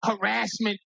harassment